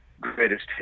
Greatest